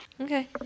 Okay